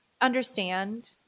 understand